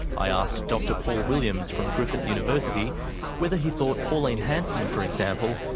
i asked dr paul williams from griffith university whether he thought pauline hanson, for example,